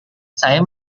saya